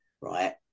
Right